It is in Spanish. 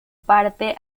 parte